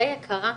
ריי היקרה,